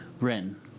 Ren